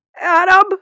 Adam